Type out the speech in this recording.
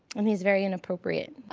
um he's very inappropriate.